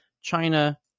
China